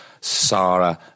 sarah